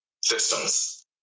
systems